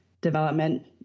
development